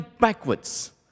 backwards